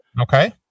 Okay